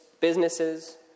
businesses